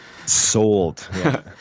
Sold